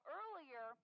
earlier